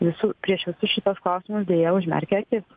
visų prieš visus šituos klausimus deja užmerkia akis